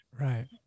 Right